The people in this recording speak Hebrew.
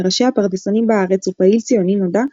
מראשי הפרדסנים בארץ ופעיל ציוני נודע,